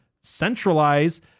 centralize